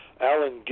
Alan